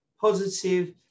positive